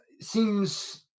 seems